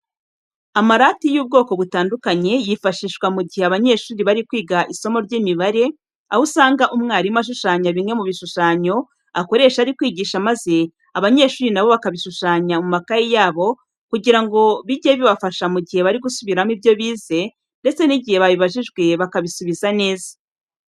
Amarati y'ubwoko butandukanye yifashishwa mu gihe abanyeshuri bari kwiga isomo ry'imibare, aho usanga umwarimu ashushanya bimwe mu bishushanyo akoresha ari kwigisha maze abanyeshuri na bo bakabishushanya mu makayi yabo kugira ngo bijye bibafasha mu gihe bari gusubiramo ibyo bize ndetse n'igihe babibajijwe bakabisubiza neza .